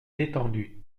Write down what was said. détendu